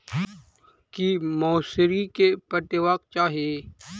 की मौसरी केँ पटेबाक चाहि?